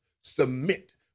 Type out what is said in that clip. submit